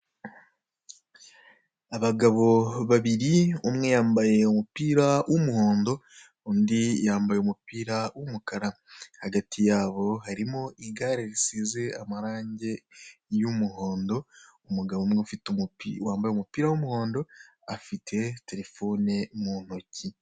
Abagabo babiri, umwe yambaye umupira w'umuhondo, undi yambaye umupira w'umukara, hagati yabo harimo igare risize amarange y'umuhondo, umugabo umwe wambaye umupira w'umuhondo afite telefone mu ntoki.